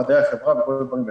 מדעי החברה וכל הדברים האלה.